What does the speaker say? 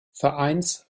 vereins